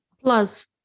Plus